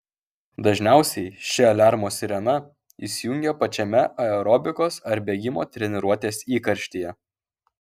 dažniausiai ši aliarmo sirena įsijungia pačiame aerobikos ar bėgimo treniruotės įkarštyje